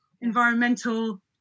environmental